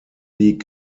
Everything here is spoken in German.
league